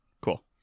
Cool